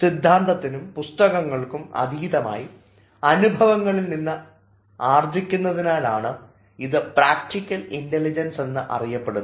സിദ്ധാന്തത്തിനും പുസ്തകങ്ങൾക്കും അതീതമായി അനുഭവങ്ങളിൽനിന്ന് ആർജിക്കുന്നതിനാലാണ് ഇത് പ്രാക്ടിക്കൽ ഇൻറലിജൻസ് അറിയപ്പെടുന്നത്